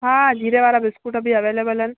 हा जीरे वारा बिस्कूट बि अवेलेबल आहिनि